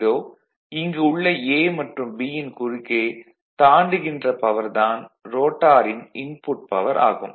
இதோ இங்கு உள்ள a மற்றும் b யின் குறுக்கே தாண்டுகின்ற பவர் தான் ரோட்டாரின் இன்புட் பவர் ஆகும்